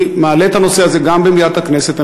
אני מעלה את הנושא הזה גם במליאת הכנסת.